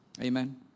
Amen